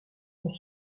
qu’on